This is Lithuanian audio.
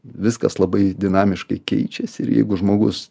viskas labai dinamiškai keičiasi ir jeigu žmogus